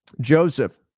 Joseph